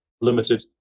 limited